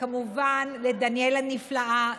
כמובן לדניאל הנפלאה,